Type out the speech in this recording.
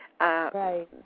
Right